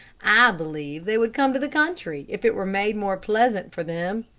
i believe they would come to the country if it were made more pleasant for them.